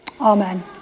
Amen